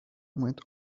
went